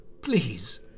please